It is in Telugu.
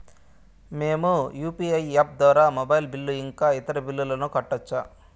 మేము యు.పి.ఐ యాప్ ద్వారా మొబైల్ బిల్లు ఇంకా ఇతర బిల్లులను కట్టొచ్చు